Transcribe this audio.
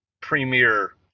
premier